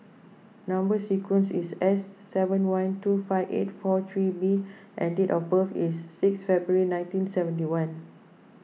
Number Sequence is S seven one two five eight four three B and date of birth is six February nineteen seventy one